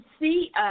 see